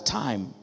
time